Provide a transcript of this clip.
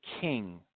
king